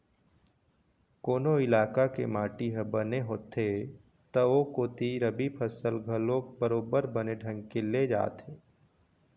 कोनो इलाका के माटी ह बने होथे त ओ कोती रबि फसल घलोक बरोबर बने ढंग के ले जाथे